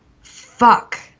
fuck